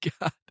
God